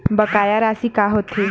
बकाया राशि का होथे?